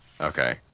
Okay